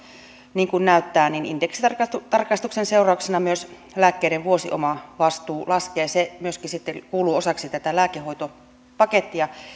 niin kuin näyttää että indeksitarkistuksen seurauksena myös lääkkeiden vuosiomavastuu laskee se myöskin sitten kuuluu osaksi tätä lääkehoitopakettia